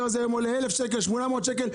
800-1000 שקל,